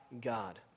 God